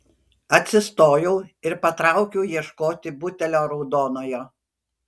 atsistojau ir patraukiau ieškoti butelio raudonojo